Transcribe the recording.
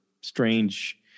strange